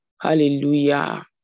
Hallelujah